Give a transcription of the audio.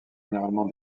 généralement